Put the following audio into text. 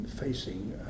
facing